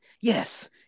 Yes